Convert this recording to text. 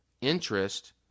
interest